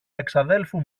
εξαδέλφου